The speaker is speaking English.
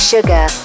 Sugar